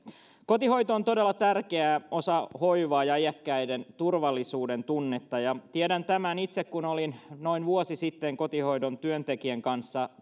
kotihoito on todella tärkeä osa hoivaa ja iäkkäiden turvallisuudentunnetta tiedän tämän itse kun olin noin vuosi sitten kotihoidon työntekijän kanssa